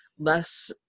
less